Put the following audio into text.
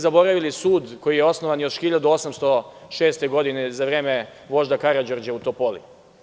Zaboravili ste sud koji je osnovan još 1806. godine, za vreme Vožda Karađorđa u Topoli.